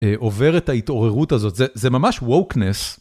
עובר את ההתעוררות הזאת, זה ממש ווקנס.